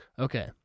Okay